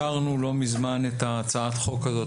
לא מזמן אישרנו את הצעת החוק הזאת